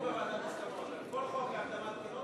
אדוני היושב-ראש, כל חוק לפיזור הכנסת הוא,